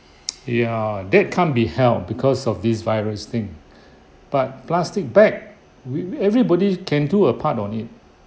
ya that can't be helped because of this virus thing but plastic bag with everybody can do a part on it